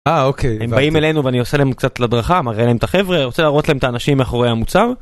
אה אוקיי, הם באים אלינו ואני עושה להם קצת הדרכה, מראה להם את החבר'ה, רוצה להראות להם את האנשים מאחורי המוצר.